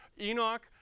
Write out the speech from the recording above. Enoch